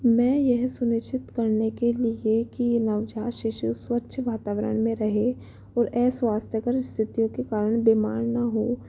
मैं यह सुनिश्चित करने के लिए कि नवजात शिशु स्वच्छ वातावरण में रहे अस्वास्थ्य कर स्थितियों के कारण बीमार ना हों